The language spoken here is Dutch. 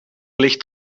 licht